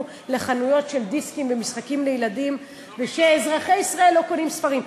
לחנויות של דיסקים ומשחקים לילדים ושאזרחי ישראל לא קונים ספרים.